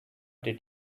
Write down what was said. did